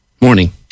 Morning